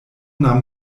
nahm